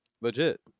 legit